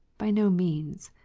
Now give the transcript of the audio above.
by no means.